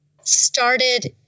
started